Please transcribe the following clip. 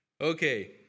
Okay